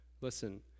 listen